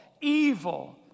evil